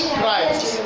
Christ